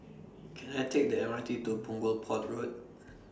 Can I Take The M R T to Punggol Port Road